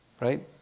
Right